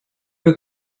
you